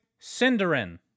Cinderin